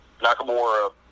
Nakamura